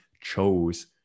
chose